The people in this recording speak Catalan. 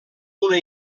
una